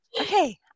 okay